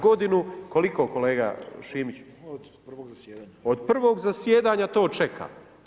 Godinu, koliko kolega Šimić? [[Upadica Šimić: Od prvog zasjedanja.]] Od prvog zasjedanja to čekamo.